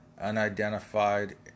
Unidentified